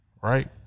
right